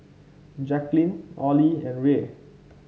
Jacquline Olie and Rae